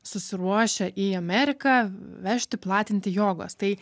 susiruošia į ameriką vežti platinti jogos tai